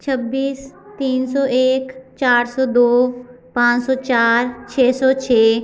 छब्बीस तीन सौ एक चार सौ दौ पाँच सौ चार छः सौ छः